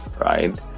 right